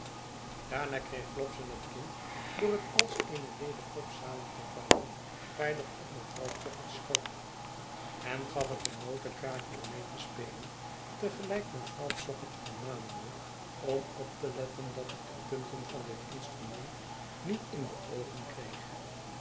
daarna kreeg flopson het kind door het als eene ledepop samen te vouwen veilig op mevrouw pocket's schoot en gaf het een notenkraker om mee te spelen te gelijk mevrouw pocket vermanende om op te letten dat het de punten van dit instrument niet in de oogen kreeg